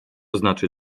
znaczy